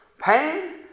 pain